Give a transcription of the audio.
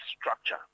structure